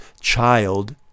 child